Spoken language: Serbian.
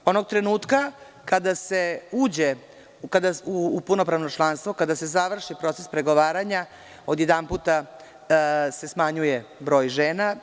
Onog trenutka kada se uđe u punopravno članstvo, kada se završi proces pregovaranja, odjedanputa se smanjuje broj žena.